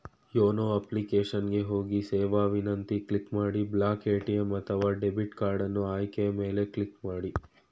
YONO application ಗೆ ಹೋಗಿ ಸೇವಾ ವಿನಂತಿ ಕ್ಲಿಕ್ ಮಾಡಿ ಬ್ಲಾಕ್ ಎ.ಟಿ.ಎಂ ಅಥವಾ ಡೆಬಿಟ್ ಕಾರ್ಡನ್ನು ಆಯ್ಕೆಯ ಮೇಲೆ ಕ್ಲಿಕ್ ಮಾಡಿ